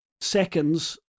seconds